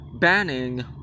banning